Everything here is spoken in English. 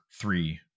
three